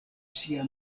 sia